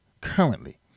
currently